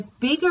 bigger